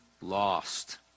lost